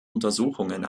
untersuchungen